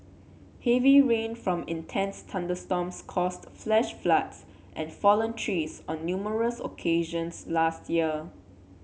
heavy rain from intense thunderstorms caused flash floods and fallen trees on numerous occasions last year